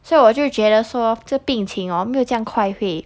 所以我就觉得说这病情哦没有这样会